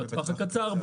בטווח הקצר,